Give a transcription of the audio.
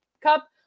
Cup